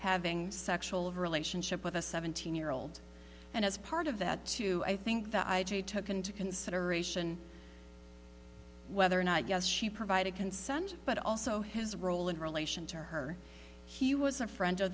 having sexual relationship with a seventeen year old and as part of that too i think that i took into consideration whether or not yes she provided consent but also his role in relation to her he was a friend